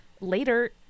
later